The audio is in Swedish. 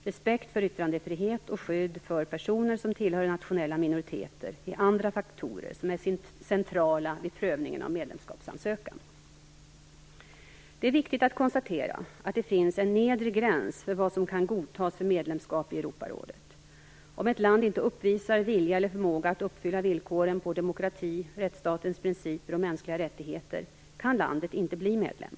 Respekt för yttrandefrihet och skydd för personer som tillhör nationella minoriteter är andra faktorer som är centrala vid prövningen av en medlemskapsansökan. Det är viktigt att konstatera att det finns en nedre gräns för vad som kan godtas för medlemskap i Europarådet. Om ett land inte uppvisar vilja eller förmåga att uppfylla villkoren på demokrati, rättsstatens principer och mänskliga rättigheter kan landet inte bli medlem.